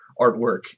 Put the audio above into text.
artwork